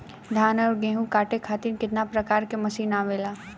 धान और गेहूँ कांटे खातीर कितना प्रकार के मशीन आवेला?